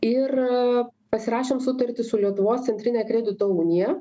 ir pasirašėm sutartį su lietuvos centrine kredito unija